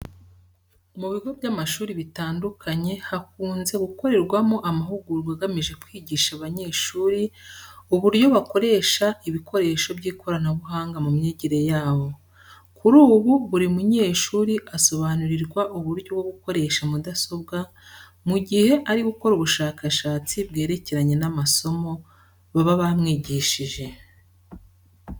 Mu bigo by'amashuri bitandukanye hakunze gukorerwamo amahugurwa agamije kwigisha abanyeshuri uburyo bakoresha ibikoresho by'ikoranabuhanga mu myigire yabo. Kuri ubu buri munyeshuri asobanurirwa uburyo bwo gukoresha mudasobwa mu gihe ari gukora ubushakashatsi bwerekeranye n'amasomo baba bamwigishije.